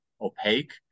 opaque